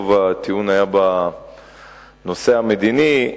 ורוב הטיעון היה בנושא המדיני,